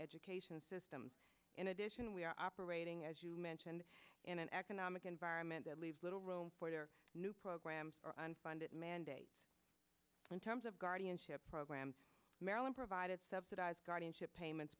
education system in addition we are operating as you mentioned in an economic environment that leaves little room for the new programs unfunded mandates in terms of guardianship program marilyn provided subsidized guardianship payments